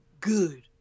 good